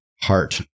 heart